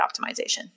optimization